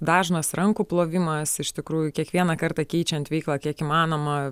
dažnas rankų plovimas iš tikrųjų kiekvieną kartą keičiant veiklą kiek įmanoma